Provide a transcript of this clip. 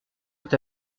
est